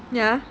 ya